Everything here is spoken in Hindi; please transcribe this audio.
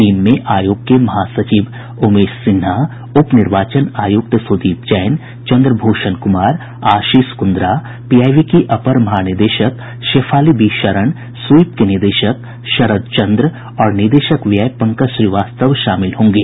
टीम में आयोग के महासचिव उमेश सिन्हा उप निर्वाचन आयुक्त सुदीप जैन चंद्र भूषण कुमार आशीष कुंद्रा पीआईबी की अपर महानिदेशक शेफाली बी शरण स्वीप के निदेशक शरद चंद्र और निदेशक व्यय पंकज श्रीवास्तव शामिल होंगे